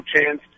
chance